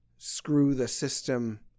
screw-the-system